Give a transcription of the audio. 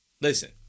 Listen